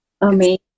amazing